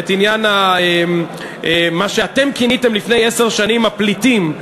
את עניין מה שאתם כיניתם לפני עשר שנים הפליטים.